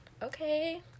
okay